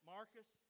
Marcus